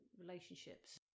relationships